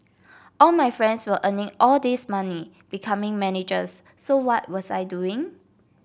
all my friends were earning all this money becoming managers so what was I doing